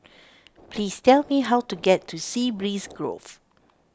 please tell me how to get to Sea Breeze Grove